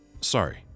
sorry